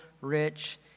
Rich